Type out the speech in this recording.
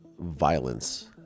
violence